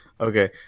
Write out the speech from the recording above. okay